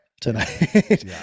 tonight